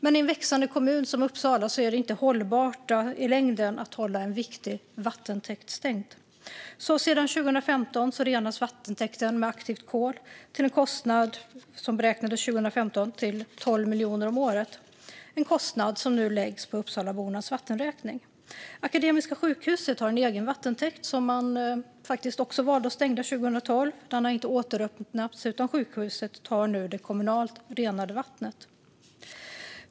Men i en växande kommun som Uppsala är det i längden inte hållbart att hålla en viktig vattentäkt stängd, så sedan 2015 renas vattentäkten med aktivt kol till en kostnad som 2015 beräknades till 12 miljoner om året. Denna kostnad läggs nu på Uppsalabornas vattenräkning. Akademiska sjukhuset har en egen vattentäkt, som man valde att stänga 2012. Den har inte återöppnats, utan sjukhuset tar nu det kommunalt renade vattnet.